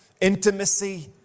intimacy